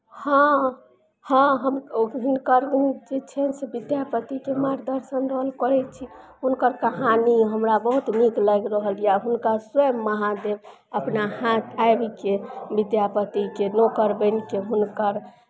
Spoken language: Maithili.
हँ हँ हम हिनकर जे छै से विद्यापतिके मार्गदर्शन रहल करै छी हुनकर कहानी हमरा बहुत नीक लागि रहल यए हुनका स्वयं महादेव अपना हाथ आबि कऽ विद्यापतिके नौकर बनि कऽ हुनकर